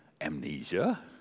amnesia